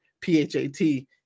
P-H-A-T